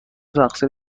تقصیر